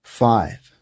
five